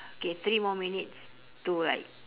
okay three more minutes to like